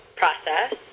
process